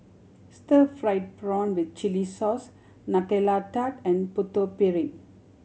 stir fried prawn with chili sauce Nutella Tart and Putu Piring